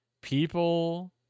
People